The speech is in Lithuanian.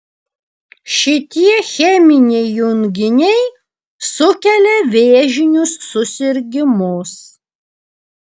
šitie cheminiai junginiai sukelia vėžinius susirgimus